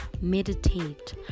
meditate